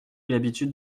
l’habitude